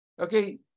Okay